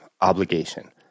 obligation